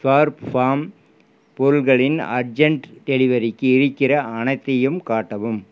Slurrp Farm பொருட்களின் urgent டெலிவரிக்கு இருக்கிற அனைத்தையும் காட்டவும்